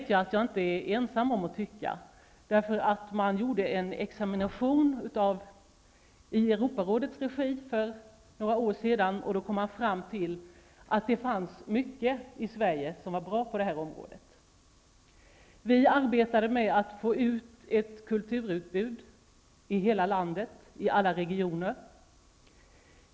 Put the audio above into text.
Jag vet att jag inte är ensam om att tycka så, för det gjordes en examination i Europarådets regi för några år sedan, och då kom man fram till att det fanns mycket i Sverige som var bra på det här området. Vi arbetade med att få ut ett kulturutbud i hela landet -- i alla regioner.